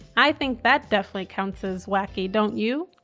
i think that definitely counts as wacky, don't you?